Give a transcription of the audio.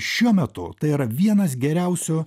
šiuo metu tai yra vienas geriausių